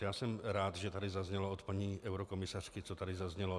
Já jsem rád, že tady zaznělo od paní eurokomisařky, co tady zaznělo.